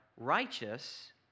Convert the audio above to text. righteous